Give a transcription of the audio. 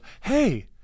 hey